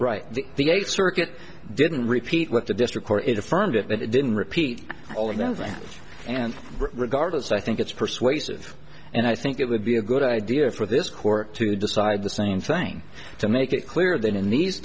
eighth circuit didn't repeat what the district where it affirmed it but it didn't repeat all of them and regardless i think it's persuasive and i think it would be a good idea for this court to decide the same thing to make it clear that in the